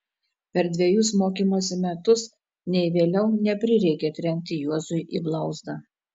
per dvejus mokymosi metus nei vėliau neprireikė trenkti juozui į blauzdą